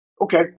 Okay